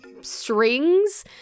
strings